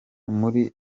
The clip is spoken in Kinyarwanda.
muri